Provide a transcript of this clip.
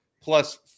plus